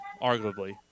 arguably